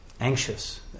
anxious